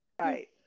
Right